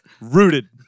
Rooted